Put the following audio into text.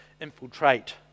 infiltrate